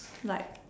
like